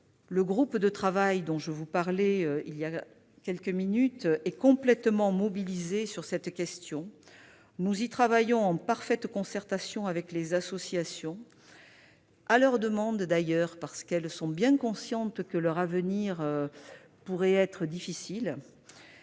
le groupe de travail que j'évoquais à l'instant est complètement mobilisé sur cette question. Nous y travaillons en parfaite concertation avec les associations, à leur demande d'ailleurs, car elles sont bien conscientes que leur avenir pourrait être difficile.